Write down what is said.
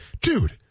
dude